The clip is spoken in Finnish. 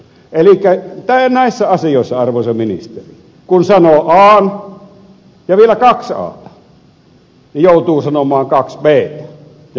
elikkä näissä asioissa arvoisa ministeri kun sanoo an ja vielä kaksi ata joutuu sanomaan kaksi btä ja muutaman cnkin vielä päälle